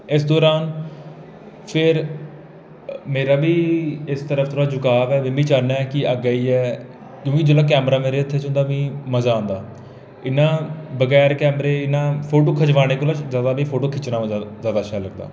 इस दौरान फिर मेरा इस तरफ झुकाव ऐ मिमी चाह्न्नां कि अग्गै आइयै क्योंकी जेल्लै कैमरा मेरे हत्थै च होंदा मि मजा आंदा इयां बगैर कैमरे इन्ना फोटो खिचवाने कोलू जादा मि फोटो खिच्चना जादा मजा आंदा